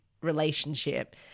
relationship